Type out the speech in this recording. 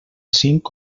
cinc